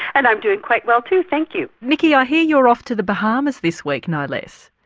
and i'm doing quite well too thank you. nikki, i hear you're off to the bahamas this week no less.